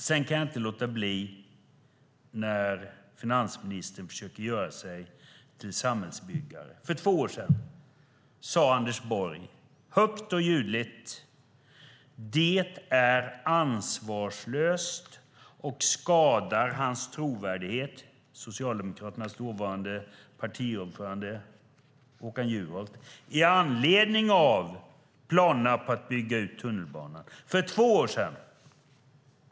Sedan kan jag inte låta bli att kommentera att finansministern försöker göra sig till samhällsbyggare. För två år sedan sade Anders Borg, högt och ljudligt, med anledning av planerna på att bygga ut tunnelbanan: Det är ansvarslöst och skadar hans - Socialdemokraternas dåvarande partiordförande Håkan Juholts - trovärdighet. För två år sedan sade han det.